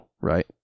right